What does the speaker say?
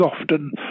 often